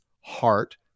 heart